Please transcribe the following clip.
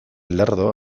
lerdo